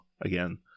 again